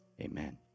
Amen